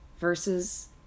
versus